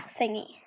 thingy